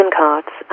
cards